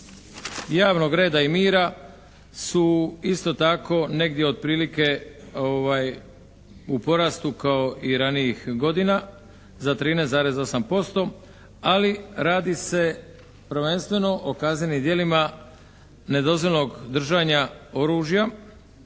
javnog reda i mira su isto tako negdje otprilike u porastu kao i ranijih godina za 13,8%, ali radi se prvenstveno o kaznenim djelima nedozvoljenog držanja oružja